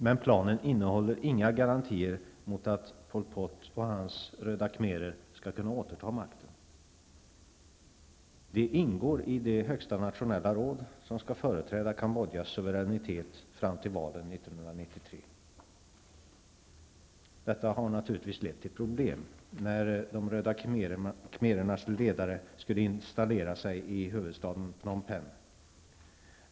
Men planen innehåller inga garantier mot att Pol Pot och hans röda khmerer skall kunna återta makten. De ingår i det högsta nationella råd som skall företräda Detta har naturligtvis lett till problem när de röda khmerernas ledare skulle installera sig i huvudstaden Phnom Penh.